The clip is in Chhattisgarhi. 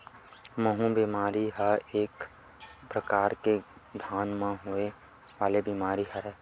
माहूँ बेमारी ह एक परकार ले धान म होय वाले बीमारी हरय